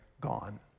gone